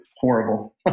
horrible